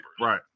Right